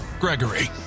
Gregory